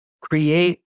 create